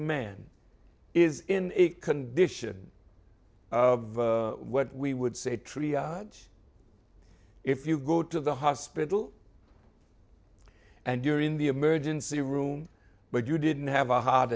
man is in a condition of what we would say tria if you go to the hospital and you're in the emergency room but you didn't have a heart